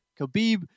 Khabib